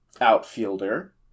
outfielder